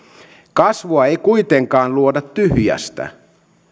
kasvua ei kuitenkaan luoda tyhjästä